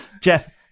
Jeff